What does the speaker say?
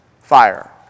fire